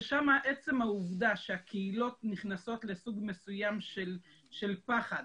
ששם עצם העובדה שהקהילות נכנסות לסוג מסוים של פחד